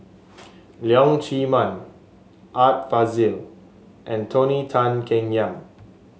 Leong Chee Mun Art Fazil and Tony Tan Keng Yam